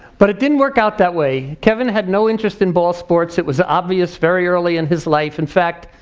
but it didn't work out that way. kevin had no interest in ball sports, it was obvious very early in his life. in fact,